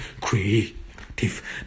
creative